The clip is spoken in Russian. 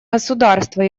государства